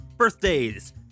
Birthdays